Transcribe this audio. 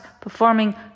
performing